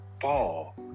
fall